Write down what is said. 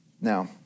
Now